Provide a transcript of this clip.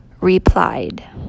Replied